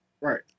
Right